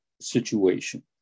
situation